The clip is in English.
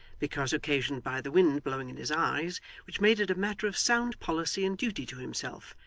because occasioned by the wind blowing in his eyes which made it a matter of sound policy and duty to himself,